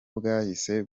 bwahise